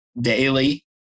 daily